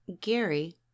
Gary